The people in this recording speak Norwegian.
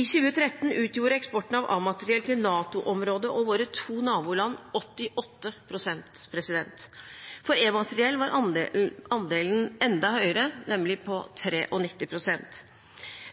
I 2013 utgjorde eksporten av A-materiell til NATO-området og våre to naboland 88 pst. For B-materiell var andelen enda høyere, nemlig på 93 pst.